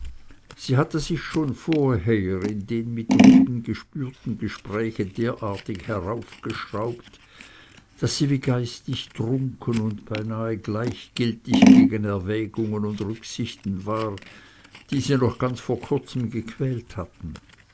sie hatte sich schon vorher in dem mit rubehn geführten gespräche derartig heraufgeschraubt daß sie wie geistig trunken und beinahe gleichgültig gegen erwägungen und rücksichten war die sie noch ganz vor kurzem gequält hatten